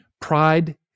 Pride